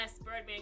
Birdman